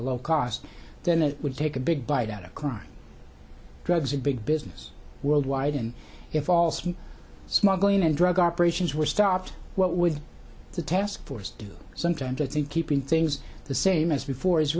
a low cost then it would take a big bite out of crime drugs are big business worldwide and if all small smuggling and drug operations were stopped what would the task force do sometimes i think keeping things the same as before is